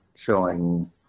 showing